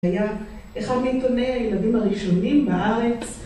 היה אחד מעיתוני הילדים הראשונים בארץ...